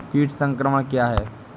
कीट संक्रमण क्या है?